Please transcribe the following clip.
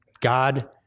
God